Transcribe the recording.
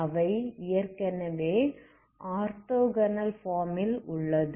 அவை ஏற்கனவே orthogonal form ல் உள்ளது